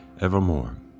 evermore